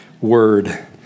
word